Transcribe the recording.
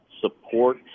support